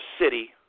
city